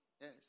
Yes